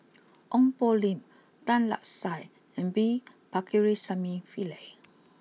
Ong Poh Lim Tan Lark Sye and V Pakirisamy Pillai